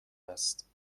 است